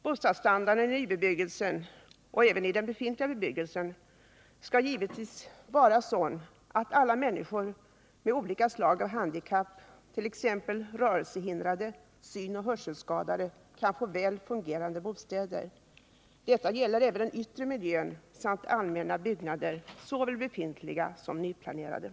Bostadsstandarden i nybebyggelsen och även i den befintliga bebyggelsen skall givetvis vara sådan att alla människor med olika slag av handikapp, t.ex. rörelsehindrade samt synoch hörselskadade, kan få väl fungerande bostäder. Detta gäller även den yttre miljön samt allmänna byggnader, såväl befintliga som nyplanerade.